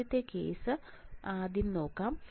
ആദ്യത്തെ കേസ് ആദ്യം നോക്കാം